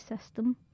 System